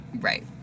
Right